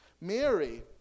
Mary